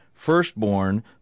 firstborn